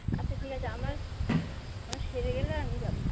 আচ্ছা ঠিক আছে আমার আমি সেরে গেলে আমি যাবো